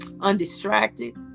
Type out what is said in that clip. undistracted